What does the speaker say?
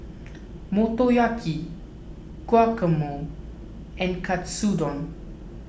Motoyaki Guacamole and Katsudon